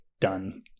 Done